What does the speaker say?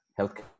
healthcare